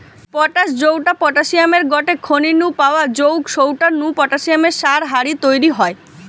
potash জউটা পটাশিয়ামের গটে খনি নু পাওয়া জউগ সউটা নু পটাশিয়াম সার হারি তইরি হয়